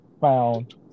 found